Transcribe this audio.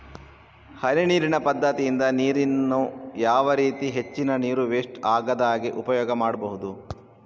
ಹನಿ ನೀರಿನ ಪದ್ಧತಿಯಿಂದ ನೀರಿನ್ನು ಯಾವ ರೀತಿ ಹೆಚ್ಚಿನ ನೀರು ವೆಸ್ಟ್ ಆಗದಾಗೆ ಉಪಯೋಗ ಮಾಡ್ಬಹುದು?